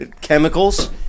chemicals